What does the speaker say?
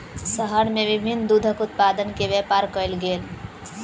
शहर में विभिन्न दूधक उत्पाद के व्यापार कयल गेल